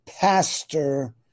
pastor